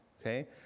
Okay